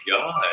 God